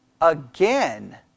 again